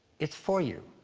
it's for you.